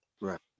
Right